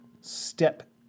step